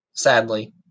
sadly